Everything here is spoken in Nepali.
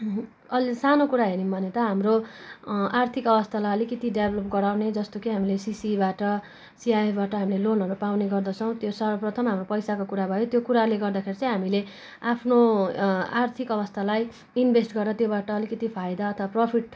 सानो कुरा हेऱ्यौँ भने त हाम्रो आर्थिक अवस्थालाई अलिकती डेभलप गराउने जस्तो कि हामीले सीसीबाट सीआईबाट हामीले लोनहरू पाउने गर्दर्छौँ त्यो सर्वप्रथम हाम्रो पैसाको कुरा भयो त्यो कुराले गर्दाखेरि चाहिँ हामीले आफ्नो आर्थिक अवस्थालाई इनभेस्ट गरेर त्योबाट अलिकित फायदा अथवा प्रफिट